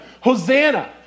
hosanna